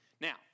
Now